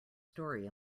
story